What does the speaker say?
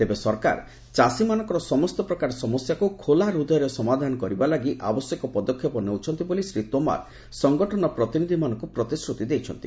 ତେବେ ସରକାର ଚାଷୀମାନଙ୍କର ସମସ୍ତ ପ୍ରକାର ସମସ୍ୟାକୁ ଖୋଲା ହୃଦୟରେ ସମାଧାନ କରିବା ଲାଗି ଆବଶ୍ୟକ ପଦକ୍ଷେପ ନେଉଛନ୍ତି ବୋଲି ଶ୍ରୀ ତୋମାର ସଙ୍ଗଠନ ପ୍ରତିନିଧ୍ୟମାନଙ୍କୁ ପ୍ରତିଶ୍ରତି ଦେଇଛନ୍ତି